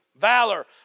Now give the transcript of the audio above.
valor